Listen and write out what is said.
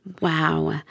Wow